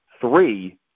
three